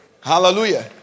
Hallelujah